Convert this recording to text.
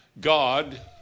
God